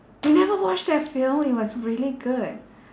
you never watch that film it was really good